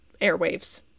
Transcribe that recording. airwaves